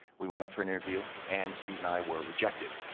we went up for an interview. and steve and i were rejected.